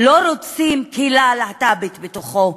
לא רוצים קהילה להט"בית בתוכו,